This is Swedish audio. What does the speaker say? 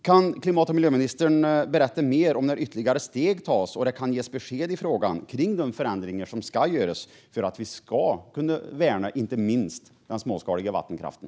Kan klimat och miljöministern berätta mer om när ytterligare steg tas och det kan ges besked i frågan om de förändringar som ska göras för att vi ska kunna värna inte minst den småskaliga vattenkraften?